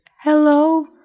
Hello